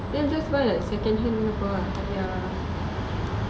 then just buy second hand laptop ah